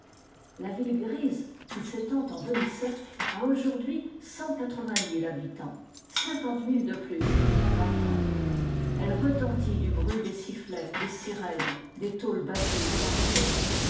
la ville grise qui s'étend en demi-cercle a aujourd'hui habitants de plus qu'il y a vingt ans elle retentit du bruit des sifflets des sirènes des tôles battues au marteau